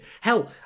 Hell